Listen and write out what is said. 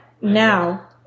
now